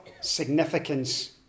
significance